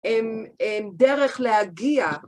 דרך להגיע.